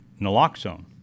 naloxone